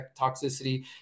toxicity